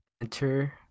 Enter